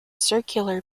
circular